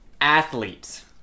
athletes